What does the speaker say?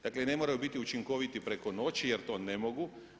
Dakle, ne moraju biti učinkoviti preko noći jer to ne mogu.